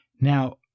Now